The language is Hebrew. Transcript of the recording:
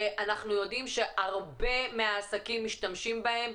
אנחנו יודעים שהרבה מהעסקים משתמשים בהם.